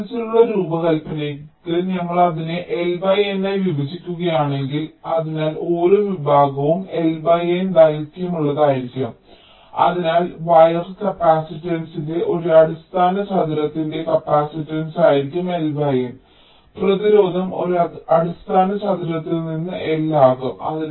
ആവർത്തിച്ചുള്ള രൂപകൽപ്പനയ്ക്ക് ഞങ്ങൾ അതിനെ എൽ എൻ ആയി വിഭജിക്കുകയാണെങ്കിൽ അതിനാൽ ഓരോ വിഭാഗവും L N ദൈർഘ്യമുള്ളതായിരിക്കും അതിനാൽ വയർ കപ്പാസിറ്റൻസ് ഒരു അടിസ്ഥാന ചതുരത്തിന്റെ കപ്പാസിറ്റൻസായിരിക്കും L N പ്രതിരോധം ഒരു അടിസ്ഥാന ചതുരത്തിൽ നിന്ന് L ആകും